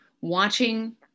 watching